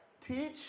teach